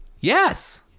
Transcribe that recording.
Yes